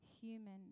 human